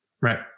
Right